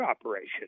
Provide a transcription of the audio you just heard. operation